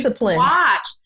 watch